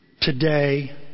today